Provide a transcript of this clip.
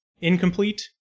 incomplete